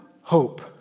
hope